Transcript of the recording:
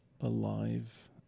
alive